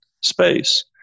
space